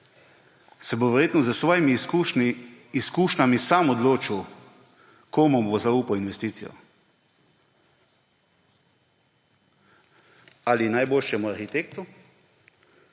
se bo verjetno s svojimi izkušnjami sam odločil, komu bo zaupal investicijo – ali najboljšemu arhitektu